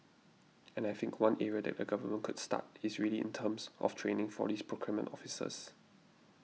and I think one area that the Government could start is really in terms of training for these procurement officers